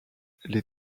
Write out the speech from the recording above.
les